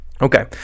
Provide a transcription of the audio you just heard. okay